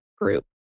group